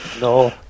No